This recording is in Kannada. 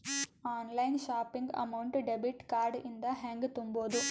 Online shopping amount debit card ಇಂದ ಹೆಂಗ್ ತುಂಬೊದು?